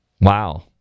Wow